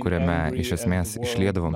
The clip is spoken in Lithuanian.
kuriame iš esmės išliedavom